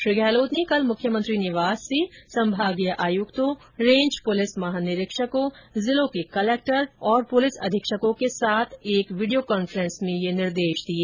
श्री गहलोत ने कल मुख्यमंत्री निवास से संभागीय आयुक्तों रेंज पुलिस महानिरीक्षकों जिलों के कलेक्टर तथा पुलिस अधीक्षकों के साथ एक विशेष वीडियो कॉन्फ्रेंस में ये निर्देश दिए